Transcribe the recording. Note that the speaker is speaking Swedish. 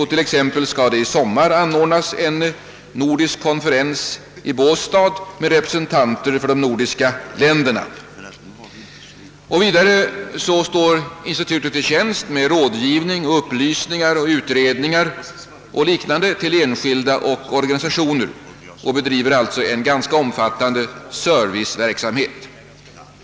I sommar skall det exempelvis hållas en nordisk konferens i Båstad med representanter för de nordiska länderna. Man står också vid institutet till tjänst med råd, upplysningar och utredningar till enskilda och organisationer. Institutet bedriver sålunda en ganska omfattande serviceverksamhet.